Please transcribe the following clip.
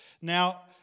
Now